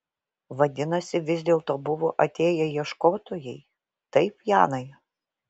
vadinasi vis dėlto buvo atėję ieškotojai taip janai